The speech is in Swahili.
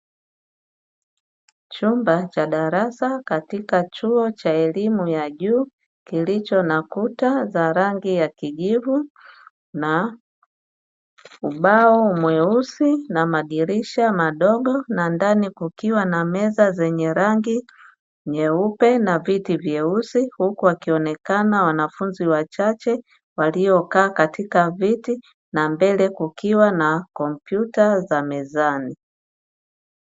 Chumba cha darasa katika chuo cha elimu ya juu kilicho nakuta za rangi ya kijivu, na ubao mweusi na madirisha madogo na ndani kukiwa na meza zenye rangi nyeupe, na viti vyeusi huku akionekana wanafunzi wachache waliokaa katika viti na mbele kukiwa na kompyuta za mezani.